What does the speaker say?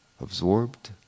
absorbed